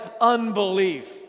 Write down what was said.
unbelief